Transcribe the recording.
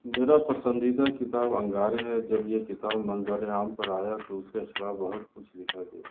میرا پسندیدہ کتاب انگارے ہے جب یہ کتاب منظر عام پر آیا تو اس کے خلاف بہت کچھ لکھا گیا